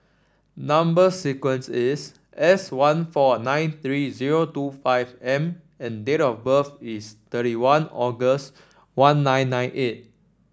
number sequence is S one four nine three zero two five M and date of birth is thirty one August one nine nine eight